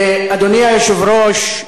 אדוני היושב-ראש,